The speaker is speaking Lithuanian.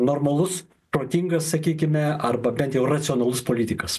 normalus protingas sakykime arba bent jau racionalus politikas